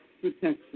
protection